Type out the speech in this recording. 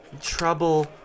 trouble